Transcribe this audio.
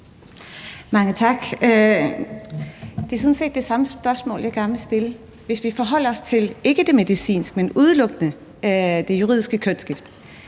Mange tak. Det er sådan set det samme spørgsmål, jeg gerne vil stille: Hvis vi udelukkende forholder os til det juridiske kønsskifte